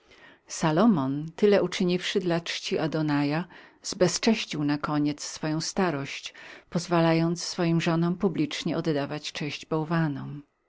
salomon tyle uczyniwszy dla czci adunaja zbezcześnił nareszcie swoją starość pozwalając swoim żonom publicznie oddawać cześć bałwanom